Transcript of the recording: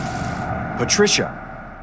Patricia